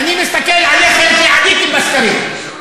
אני מסתכל עליכם כי עליתי בסקרים.